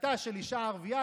החלטה של אישה ערבייה,